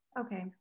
Okay